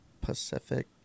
pacific